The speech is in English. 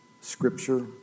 Scripture